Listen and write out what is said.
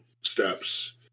steps